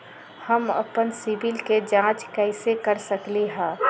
हम अपन सिबिल के जाँच कइसे कर सकली ह?